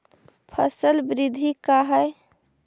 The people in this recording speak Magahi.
फसल वृद्धि का है?